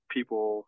people